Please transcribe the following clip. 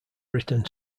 written